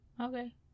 Okay